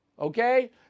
Okay